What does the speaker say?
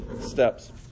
steps